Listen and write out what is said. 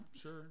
sure